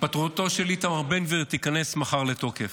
התפטרותו של איתמר בן גביר תיכנס מחר לתוקף.